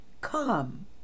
Come